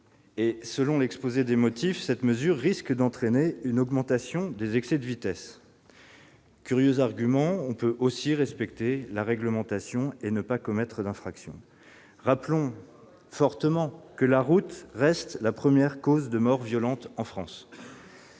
Selon l'exposé des motifs, cette mesure risquerait d'entraîner une augmentation des excès de vitesse. Curieux argument ... On peut aussi respecter la réglementation et ne pas commettre d'infraction ! Rappelons fortement que la route reste la première cause de mort violente en France